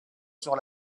sur